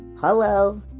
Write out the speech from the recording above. Hello